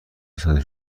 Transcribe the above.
ساعتی